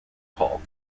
paul